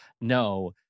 No